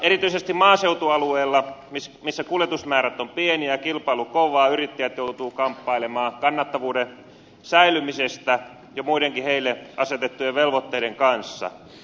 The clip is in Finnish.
erityisesti maaseutualueilla missä kuljetusmäärät ovat pieniä ja kilpailu kovaa yrittäjät joutuvat kamppailemaan kannattavuuden säilymisestä ja muidenkin heille asetettujen velvoitteiden kanssa